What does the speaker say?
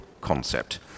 concept